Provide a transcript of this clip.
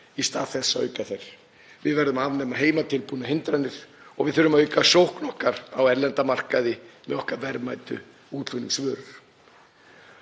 í stað þess að auka þær. Við verðum að afnema heimatilbúnar hindranir. Og við þurfum að auka sókn okkar á erlenda markaði með okkar verðmætu útflutningsvörur.